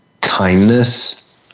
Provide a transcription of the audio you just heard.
kindness